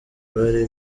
bari